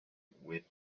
with